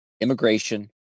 immigration